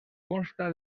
consta